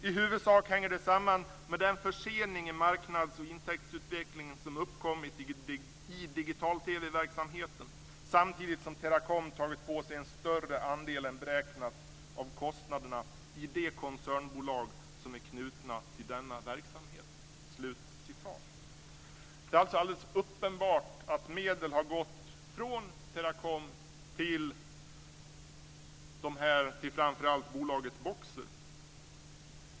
I huvudsak hänger det samman med den försening i marknads och intäktsutvecklingen som uppkommit i digital-tvverksamheten samtidigt som Teracom tagit på sig en större andel än beräknat av kostnaderna i de koncernbolag som är knutna till denna verksamhet." Det är alltså alldeles uppenbart att medel har gått från Teracom till framför allt bolaget Boxer.